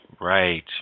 Right